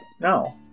No